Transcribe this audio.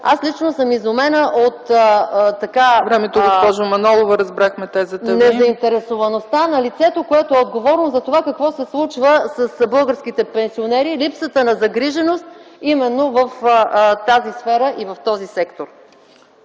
Аз лично съм изумена от незаинтересоваността на лицето, което е отговорно за това какво се случва с българските пенсионери, липсата на загриженост именно в тази сфера и в този сектор.